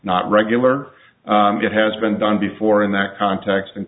not regular it has been done before in that context and